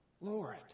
Lord